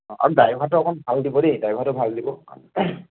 আৰু ড্ৰাইভাৰটো অকণ ভাল দিব দেই ড্ৰাইভাৰটো ভাল দিব